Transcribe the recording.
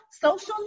social